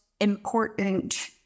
important